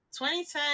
2010